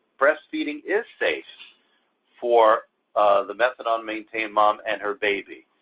breast feeding is safe for the methadone maintained mom and her baby.